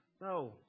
No